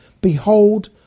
Behold